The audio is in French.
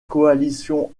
coalition